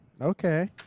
okay